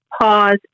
pause